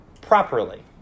properly